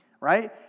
right